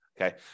Okay